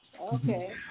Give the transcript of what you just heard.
Okay